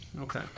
Okay